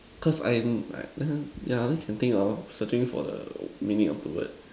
cause I'm right ya I only can think of searching for the meaning of the word